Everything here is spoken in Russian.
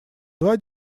два